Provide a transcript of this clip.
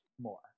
more